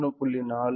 4 சரி 11